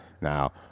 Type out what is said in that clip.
Now